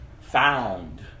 Found